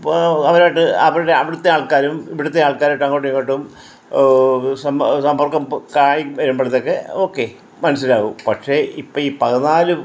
ഇപ്പോൾ അവരുടെ അവരുടെ അവിടുത്തെ ആൾക്കാരും ഇവിടുത്തെ ആൾക്കാരായിട്ട് അങ്ങോട്ടും ഇങ്ങോട്ടും സബർക്കം സമ്പർക്കം കാണിക്കുമ്പളത്തേക്ക് ഒക്കെ മനസ്സിലാകും പക്ഷേ ഇപ്പം ഈ പതിനാല്